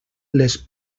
les